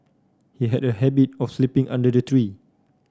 he had a habit of sleeping under the tree